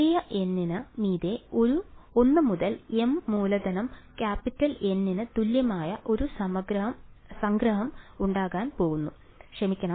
ചെറിയ n ന് മീതെ 1 മുതൽ m മൂലധനം N ന് തുല്യമായ ഒരു സംഗ്രഹം ഉണ്ടാകാൻ പോകുന്നു ക്ഷമിക്കണം